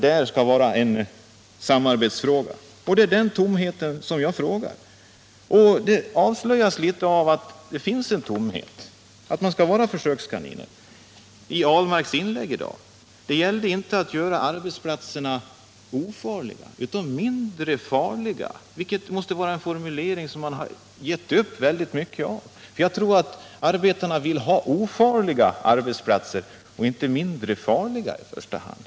I sitt inlägg i dag avslöjar Per Ahlmark också att arbetarna skall vara försökskaniner. Det gällde inte att göra arbetsplatserna ofarliga utan mindre farliga. Jag tror att arbetarna vill ha ofarliga arbetsplatser och inte mindre farliga.